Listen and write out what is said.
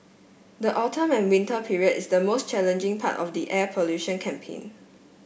the autumn and winter period is the most challenging part of the air pollution campaign